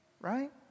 right